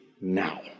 now